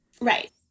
Right